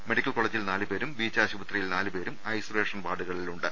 medical കോളേജിൽ നാലുപേരും beach ആശുപത്രിയിൽ നാലു പേരും ഐസൊലേഷൻ വാർഡുകളിലുണ്ട്